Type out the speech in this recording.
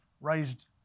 raised